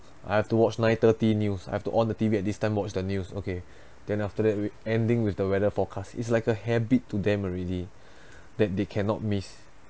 I have to watch nine thirty news I have to on the T_V at this time watch the news okay then after that we~ ending with the weather forecast is like a habit to them already that they cannot miss